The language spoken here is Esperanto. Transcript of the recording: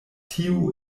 tiu